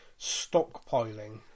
stockpiling